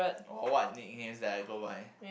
oh what nicknames that I go by